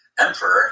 emperor